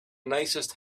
nicest